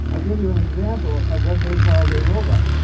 i'll give you an example of what they called a robot